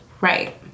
Right